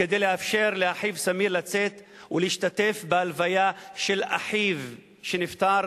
כדי לאפשר לסמיר לצאת ולהשתתף בהלוויה של אחיו שנפטר